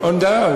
לא יודע,